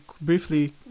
briefly